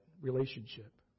relationship